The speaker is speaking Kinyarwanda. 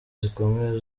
zikomeye